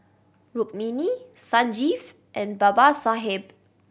Rukmini Sanjeev and Babasaheb